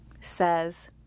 says